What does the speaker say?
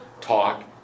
talk